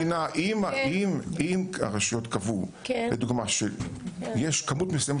אני מציע שאם הרשויות קבעו לדוגמה שתהיה כמות מסוימת